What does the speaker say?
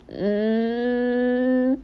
mmhmm